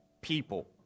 people